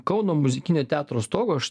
kauno muzikinio teatro stogo aš